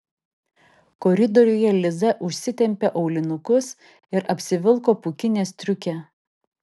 koridoriuje liza užsitempė aulinukus ir apsivilko pūkinę striukę